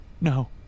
No